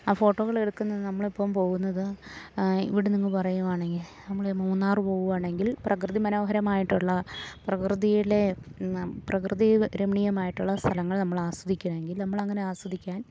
ആ ഫോട്ടോകൾ എടുക്കുന്നത് നമ്മളിപ്പം പോകുന്നത് ഇവിടെ നിങ്ങൾ പറയുകയാണെങ്കിൽ നമ്മളി മൂന്നാറ് പോകുകയാണെങ്കിൽ പ്രകൃതി മനോഹരമായിട്ടുള്ള പ്രകൃതിയിലെ പ്രകൃതി രമണീയമായിട്ടുള്ള സ്ഥലങ്ങൾ നമ്മളാസ്വദിക്കണമെങ്കിൽ നമ്മളങ്ങനെയാസ്വദിക്കാൻ